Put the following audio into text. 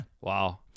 Wow